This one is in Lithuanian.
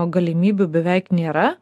galimybių beveik nėra